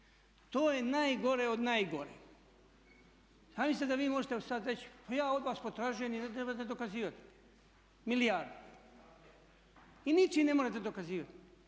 To je najgore od najgoreg. Zamislite da vi možete evo sada reći pa ja od vas potražujem i ne trebate dokazivati milijarde. I ničime ne morate dokazivati.